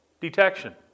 detection